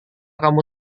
kamu